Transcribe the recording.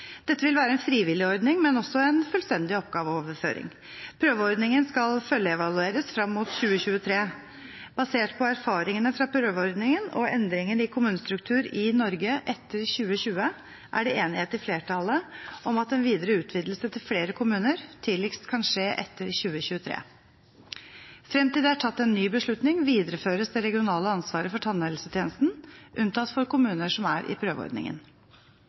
Dette vil være en frivillig ordning, men også en fullstendig oppgaveoverføring. Prøveordningen skal følgeevalueres frem mot 2023. Basert på erfaringene fra prøveordningen og endringer i kommunestruktur i Norge etter 2020 er det enighet i flertallet om at en videre utvidelse til flere kommuner tidligst kan skje etter 2023. Frem til det er tatt en ny beslutning, videreføres det regionale ansvaret for tannhelsetjenesten, unntatt for kommuner som er i prøveordningen.